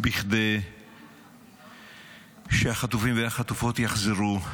כדי שהחטופים והחטופות יחזרו.